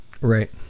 Right